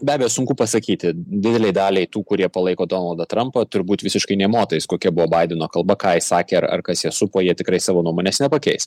be abejo sunku pasakyti didelei daliai tų kurie palaiko donaldą trampą turbūt visiškai nė motais kokia buvo baideno kalba ką jis sakė ar ar kas ją supo jie tikrai savo nuomonės nepakeis